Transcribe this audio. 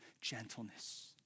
gentleness